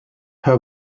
her